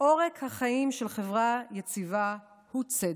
"עורק החיים של חברה יציבה הוא הצדק",